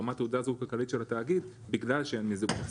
ברמת --- של התאגיד בגלל שהם ---.